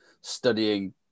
studying